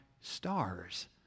stars